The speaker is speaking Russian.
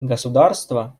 государства